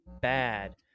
bad